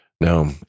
now